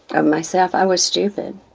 of myself. i was stupid.